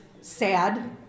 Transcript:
sad